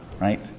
right